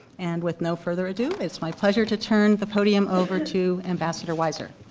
and with no further ado, it's my pleasure to turn the podium over to ambassador wiser.